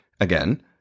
again